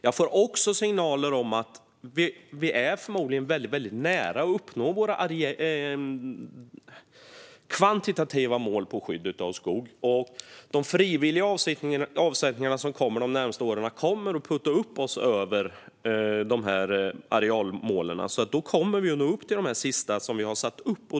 Jag får dessutom signaler om att vi förmodligen är väldigt nära att uppnå våra kvantitativa mål för skydd av skog. De frivilliga avsättningar som kommer de närmaste åren kommer att putta upp oss över arealmålen. Då kommer vi att nå upp till de sista mål vi satt upp.